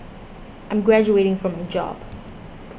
I'm graduating from my job